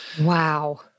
Wow